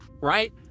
Right